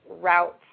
routes